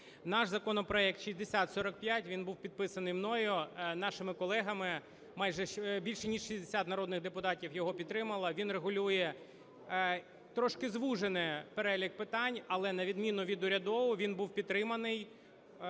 Наш законопроект 6045, він був підписаний мною, нашими колегами, більше ніж 60 народних депутатів його підтримали. Він регулює трошки звужений перелік питань, але, на відміну від урядового, він був підтриманий